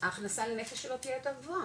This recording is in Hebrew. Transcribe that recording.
ההכנסה לנפש שלו תהיה יותר גבוה,